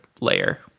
layer